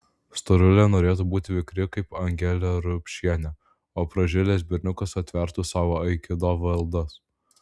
storulė norėtų būti vikri kaip angelė rupšienė o pražilęs berniukas atvertų sau aikido valdas